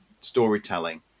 storytelling